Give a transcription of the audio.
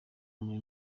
muri